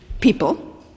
people